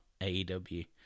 AEW